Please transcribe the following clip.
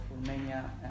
Romania